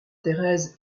thérèse